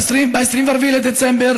ב-24 בדצמבר,